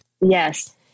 Yes